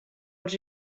els